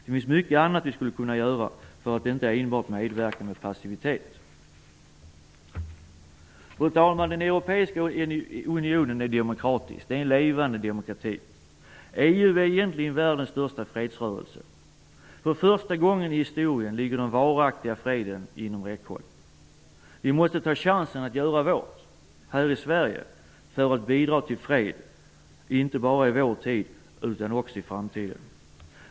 Det finns mycket annat Sverige skulle kunna göra för att inte enbart medverka med passivitet. Fru talman! Den europeiska unionen är demokratisk. Det är en levande demokrati. EU är egentligen världens största fredsrörelse. För första gången i historien ligger den varaktiga freden inom räckhåll. Vi måste ta chansen och göra vårt, här i Sverige, för att bidra till fred, inte bara i vår tid utan också för framtiden.